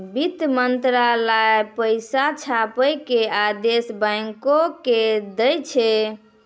वित्त मंत्रालय पैसा छापै के आदेश बैंको के दै छै